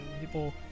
people